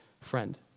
friend